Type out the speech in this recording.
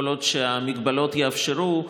כל עוד ההגבלות יאפשרו,